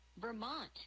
Vermont